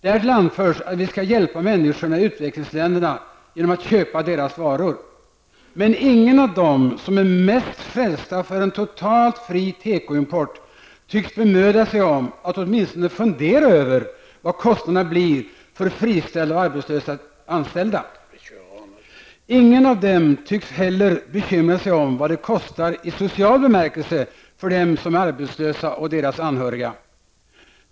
Därtill anförs att vi skall hjälpa människorna i utvecklingsländerna genom att köpa deras varor. Men ingen av dem som är mest frälsta för en totalt fri tekoimport tycks bemöda sig om att åtminstone fundera över av vad kostnaderna blir för friställda och arbetslösa tekoanställda. Ingen av dem tycks heller bekymra sig om vad det kostar i social bemärkelse för dem som är arbetslösa och deras anhöriga.